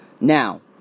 Now